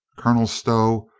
colonel stow,